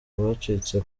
abacitse